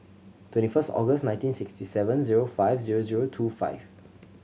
twenty first August nineteen sixty seven zero five zero zero two five